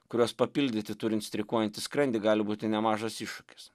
kuriuos papildyti turint streikuojantį skrandį gali būti nemažas iššūkis